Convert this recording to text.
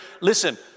listen